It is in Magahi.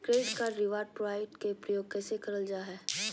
क्रैडिट कार्ड रिवॉर्ड प्वाइंट के प्रयोग कैसे करल जा है?